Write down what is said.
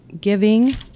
giving